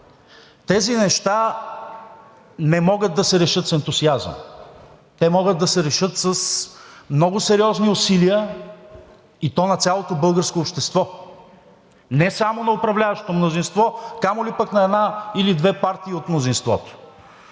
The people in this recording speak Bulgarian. Тези неща не могат да се решат с ентусиазъм, те могат да се решат с много сериозни усилия, и то на цялото българско общество, не само на управляващото мнозинство, камо ли пък на една или две партии от мнозинството.